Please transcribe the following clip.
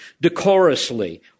decorously